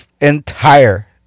entire